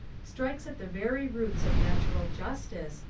strikes at the very roots of natural justice,